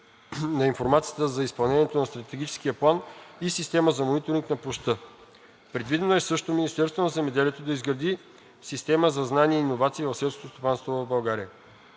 на информация за изпълнението на Стратегически план и Система за мониторинг на площта. Предвидено е също Министерството на земеделието да изгради Система за знания и иновации в селското стопанство в България.